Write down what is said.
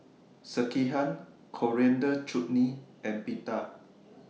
Sekihan Coriander Chutney and Pita